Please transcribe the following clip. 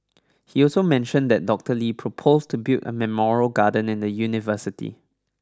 he also mentioned that Doctor Lee proposed to build a memorial garden in the university